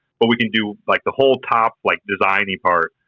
but we can do, like, the whole top, like, designy part,